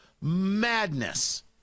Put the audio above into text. madness